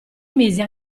mise